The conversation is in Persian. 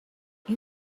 این